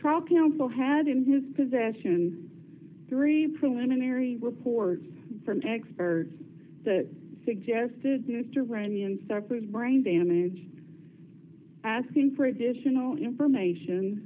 trial counsel had in his possession three preliminary reports from experts that suggested mr brandon suffered brain damage asking for additional information